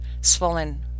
swollen